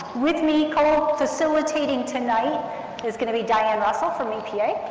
with me, co-facilitating tonight is going to be diane russell from epa.